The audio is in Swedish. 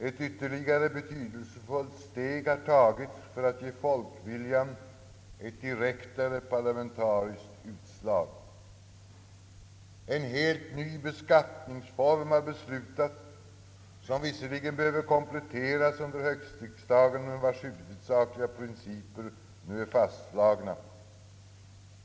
Ett ytterligare betydelsefullt steg har tagits för att ge folkviljan ett direktare parlamentariskt utslag. En helt ny indirekt beskattningsform har beslutats som visserligen behöver kompletteras under höstriksdagen men vars huvudsakliga principer nu är fastslagna.